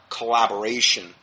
collaboration